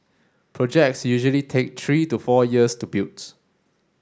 projects usually take three to four years to build